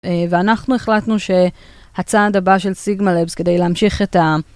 ואנחנו החלטנו שהצעד הבא של סיגמה לאבס כדי להמשיך את ה..